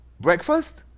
breakfast